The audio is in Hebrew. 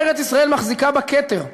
ארץ-ישראל מחזיקה בכתר.